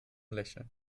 lächeln